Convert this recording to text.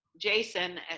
Jason